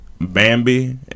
Bambi